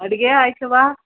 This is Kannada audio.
ಅಡುಗೆ ಆಯಿತವ್ವ